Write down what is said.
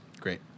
Great